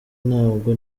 ntabwo